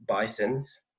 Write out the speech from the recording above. bison's